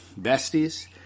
Besties